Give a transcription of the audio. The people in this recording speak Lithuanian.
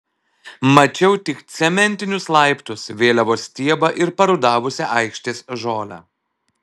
mačiau tik cementinius laiptus vėliavos stiebą ir parudavusią aikštės žolę